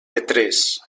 petrés